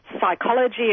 psychology